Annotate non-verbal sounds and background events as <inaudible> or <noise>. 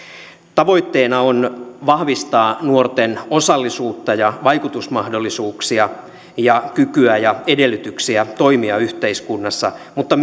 tavoitteena on vahvistaa nuorten osallisuutta ja vaikutusmahdollisuuksia ja kykyä ja edellytyksiä toimia yhteiskunnassa mutta <unintelligible>